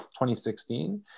2016